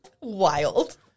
Wild